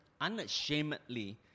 unashamedly